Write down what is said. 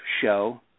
show